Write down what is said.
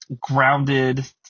grounded